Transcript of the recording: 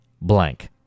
blank